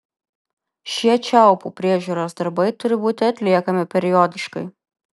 šie čiaupų priežiūros darbai turi būti atliekami periodiškai